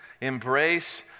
embrace